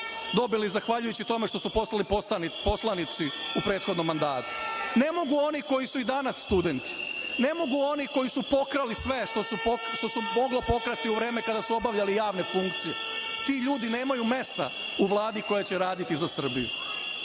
dobili zahvaljujući tome što su postali poslanici u prethodnom mandati, ne mogu oni koji su i danas studenti, ne mogu oni koji su pokrali sve što se moglo pokrati u vreme kada su obavljali javne funkcije. Ti ljudi nemaju mesta u Vladi koja će raditi za Srbiju.